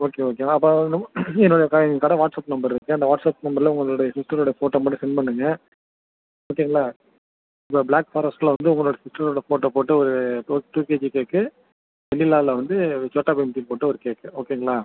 okay okay நான் அப்போ என்னோட க கடை வாட்ஸ்அப் நம்பர் இருக்கு அந்த வாட்ஸ்அப் நம்பரில் உங்களுடைய சிஸ்டருடைய ஃபோட்டோ மட்டும் சென்ட் பண்ணுங்கள் ஓகேங்களா இப்போ ப்ளாக் ஃபாரெஸ்ட்டில் உங்களுடைய சிஸ்டரோட ஃபோட்டோ போட்டு ஒரு டூ கேஜி கேக்கு வெண்ணிலாவில வந்து ஒரு சோட்டா பீம் ஃபோட்டோ போட்ட ஒரு கேக்கு ஓகேங்களா